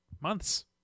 months